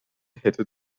hätte